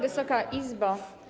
Wysoka Izbo!